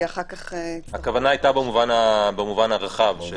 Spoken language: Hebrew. הכוונה הייתה במובן הרחב.